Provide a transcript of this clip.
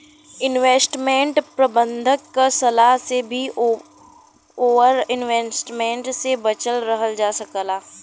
investment प्रबंधक के सलाह से भी ओवर इन्वेस्टमेंट से बचल रहल जा सकला